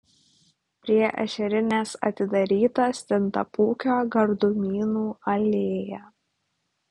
prie ešerinės atidaryta stintapūkio gardumynų alėja